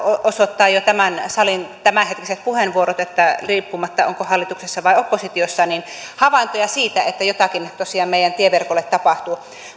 osoittavat jo tämän salin tämänhetkiset puheenvuorot riippumatta siitä onko hallituksessa vai oppositiossa on havaintoja siitä että jotakin nyt tosiaan meidän tieverkolle tapahtuu